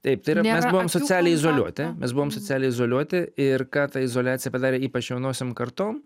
taip tai yra mes buvom socialiai izoliuoti mes buvom socialiai izoliuoti ir ką ta izoliacija padarė ypač jaunosiom kartom